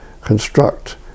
construct